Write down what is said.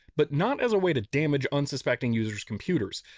but, not as a way to damage unsuspecting users computers.